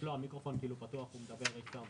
אנחנו לא יודעים לומר כמה הרשויות,